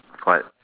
what